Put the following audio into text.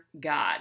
god